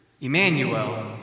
Emmanuel